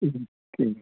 हूँ हूँ कि